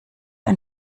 ein